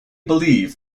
believe